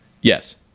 Yes